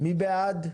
מי בעד?